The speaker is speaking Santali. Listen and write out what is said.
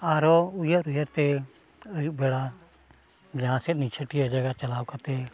ᱟᱨᱚ ᱩᱭᱦᱟᱹᱨ ᱩᱭᱦᱟᱹᱨᱛᱮ ᱟᱹᱭᱩᱵ ᱵᱮᱲᱟ ᱡᱟᱦᱟᱸ ᱥᱮᱫ ᱱᱤᱪᱷᱟᱹᱴᱤᱭᱟᱹ ᱡᱟᱭᱜᱟ ᱪᱟᱞᱟᱣ ᱠᱟᱛᱮᱫ